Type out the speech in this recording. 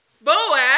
Boaz